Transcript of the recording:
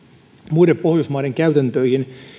muiden pohjoismaiden käytäntöihin